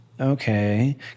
okay